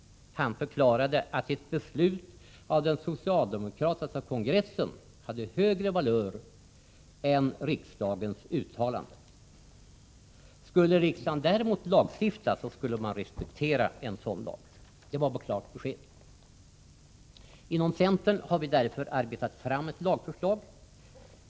Han förklarade att ett beslut av den socialdemokratiska kongressen hade högre valör än riksdagens uttalande. Skulle riksdagen däremot lagstifta, skulle man respektera en sådan lag. Det var klart besked. Inom centern har vi därför arbetat fram ett lagförslag.